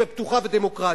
ופתוחה ודמוקרטית.